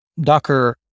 Docker